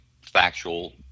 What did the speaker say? factual